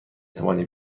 توانی